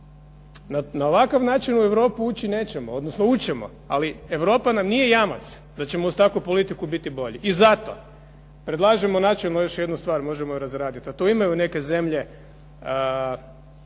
Na ovakav način u Europu ući nećemo, ući ćemo ali Europa nam nije jamac da ćemo uz takvu politiku biti bolji. I zato predlažemo još jednu stvar možemo ju razraditi, a to imaju neke zemlje